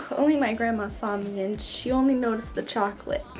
only my grandma saw me, and she only noticed the chocolate.